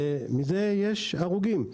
מזה יש הרוגים.